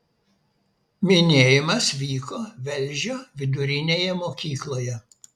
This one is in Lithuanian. minėjimas vyko velžio vidurinėje mokykloje